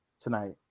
tonight